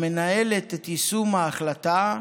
המנהלת את יישום ההחלטה,